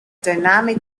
dynamic